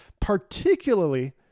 particularly